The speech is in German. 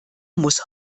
muss